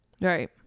Right